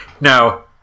Now